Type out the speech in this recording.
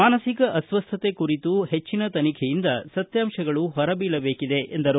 ಮಾನುಕ ಅಸ್ವಸ್ಥತೆ ಕುರಿತು ಹೆಚ್ಚನ ತನಿಖೆಯಿಂದ ಸತ್ವಾಂತಗಳು ಹೊರಬೀಳಬೇಕಿದೆ ಎಂದರು